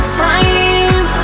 time